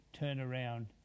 turnaround